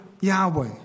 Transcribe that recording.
Yahweh